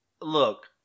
look